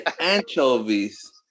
Anchovies